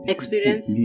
Experience